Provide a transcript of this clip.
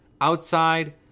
outside